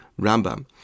Rambam